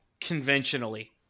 conventionally